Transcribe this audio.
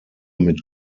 mit